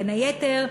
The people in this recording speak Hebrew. ובין היתר,